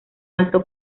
alto